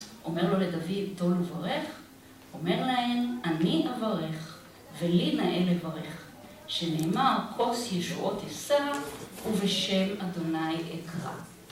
אומר לו לדוד, דון וברך, אומר להם, אני אברך, ולי נאה לברך, שנאמר כוס ישועות ישר, ובשל אדוני אקרא.